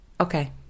Okay